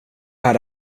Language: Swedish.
här